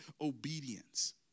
obedience